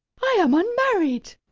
i am unmarried!